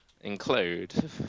include